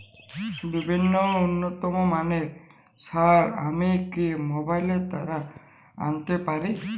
বিভিন্ন উন্নতমানের সার আমি কি মোবাইল দ্বারা আনাতে পারি?